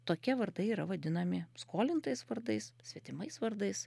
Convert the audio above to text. tokie vardai yra vadinami skolintais vardais svetimais vardais